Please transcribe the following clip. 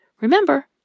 Remember